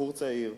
כבחור צעיר,